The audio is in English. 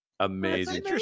amazing